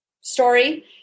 story